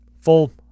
Full